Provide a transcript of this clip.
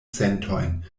sentojn